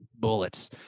bullets